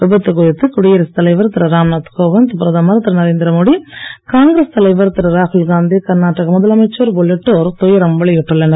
விபத்து குறித்து குடியரசு தலைவர் திரு ராம்நாத் கோவிந்த் பிரதமர் திரு நரேந்திரமோடி காங்கிரஸ் தலைவர் திரு ராகுல்காந்தி கர்நாடக முதலமைச்சர் திரு குமாரசாமி உள்ளிட்டோர் துயரம் வெளியிட்டுள்ளனர்